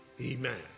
amen